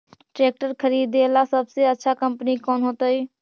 Tractor खरीदेला सबसे अच्छा कंपनी कौन होतई?